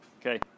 Okay